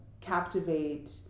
captivate